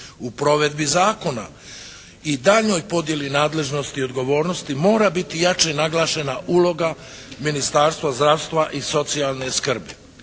u provedbi zakona i daljnjoj podjeli nadležnosti i odgovornosti mora biti jače naglašena uloga Ministarstva zdravstva i socijalne skrbi.